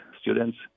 students